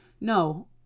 No